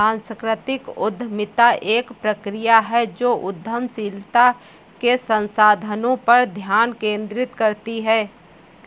सांस्कृतिक उद्यमिता एक प्रक्रिया है जो उद्यमशीलता के संसाधनों पर ध्यान केंद्रित करती है